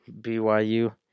BYU